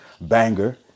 Banger